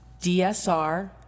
dsr